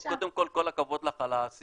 קודם כל כל הכבוד לך על העשייה,